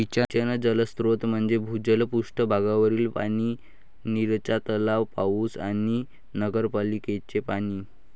सिंचन जलस्रोत म्हणजे भूजल, पृष्ठ भागावरील पाणी, निचरा तलाव, पाऊस आणि नगरपालिकेचे पाणी